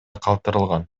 калтырылган